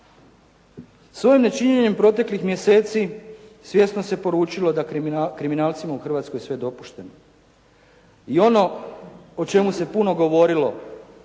Svojim nečinjenjem proteklih mjeseci svjesno se poručilo da je kriminalcima u Hrvatskoj sve dopušteno. I ono o čemu se puno govorilo